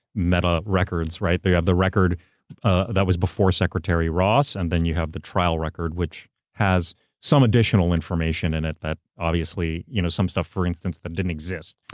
meta records, right? they have the record ah that was before secretary ross, and then you have the trial record which has some additional information in it that obviously, you. know some stuff, for instance, that didn't exist.